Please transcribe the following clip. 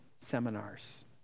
seminars